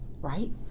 right